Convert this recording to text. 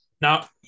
Now